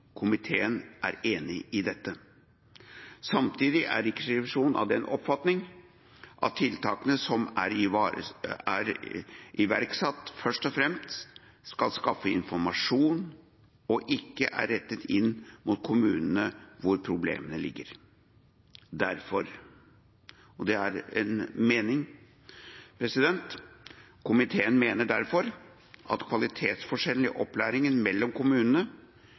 Komiteen er enig i dette. Samtidig er Riksrevisjonen av den oppfatning at tiltakene som er iverksatt, først og fremst skal skaffe informasjon og ikke er rettet inn mot kommunene hvor problemene ligger. Komiteen mener derfor at kvalitetsforskjellen i opplæringa mellom kommunene tilsier at det bør rettes tiltak inn mot kommuner med de svake resultatene. At